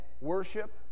worship